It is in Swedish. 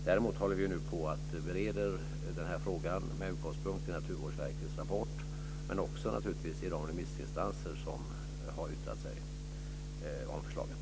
Däremot håller vi nu på att bereda frågan med utgångspunkt i Naturvårdsverkets rapport men naturligtvis också i de remissinstansers svar som har yttrat sig om förslaget.